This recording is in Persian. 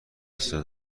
بصدا